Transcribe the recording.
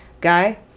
guy